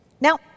Now